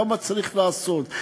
כמה צריך לעשות,